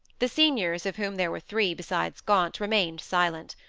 the seniors, of whom there were three besides gaunt, remained silent.